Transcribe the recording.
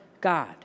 god